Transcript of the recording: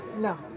No